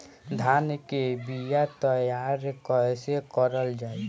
धान के बीया तैयार कैसे करल जाई?